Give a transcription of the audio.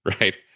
right